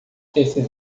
esses